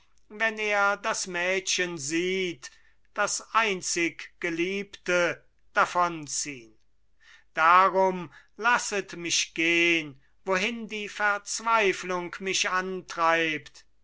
wenn er das mädchen sieht das einziggeliebte davonziehn darum lasset mich gehn wohin die verzweiflung mich antreibt